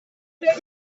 those